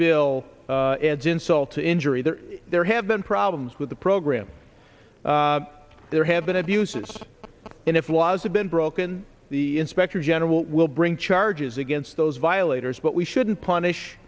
bill it's insult to injury there there have been problems with the program there have been abuses in if was have been broken the inspector general will bring charges against those violators but we shouldn't punish